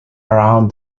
around